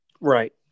Right